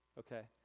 okay.